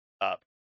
up